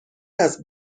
است